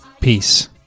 peace